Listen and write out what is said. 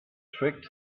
trick